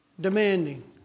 demanding